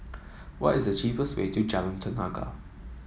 why is the cheapest way to Jalan Tenaga